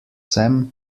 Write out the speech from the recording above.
sem